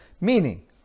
meaning